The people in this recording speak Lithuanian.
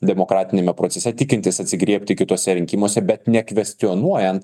demokratiniame procese tikintis atsigriebti kituose rinkimuose bet nekvestionuojant